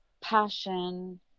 passion